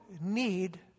need